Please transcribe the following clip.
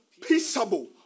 Peaceable